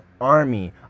army